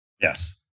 Yes